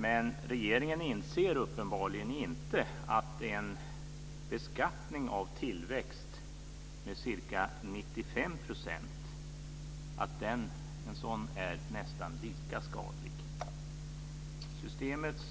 Men regeringen inser uppenbarligen inte att en beskattning av tillväxt med ca 95 % nästan är lika skadlig. Systemets